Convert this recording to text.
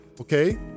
okay